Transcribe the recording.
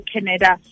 Canada